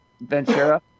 Ventura